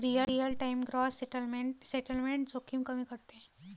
real time gross settlement settlement जोखीम कमी करते